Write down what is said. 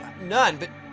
none, but,